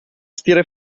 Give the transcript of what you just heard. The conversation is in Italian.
stile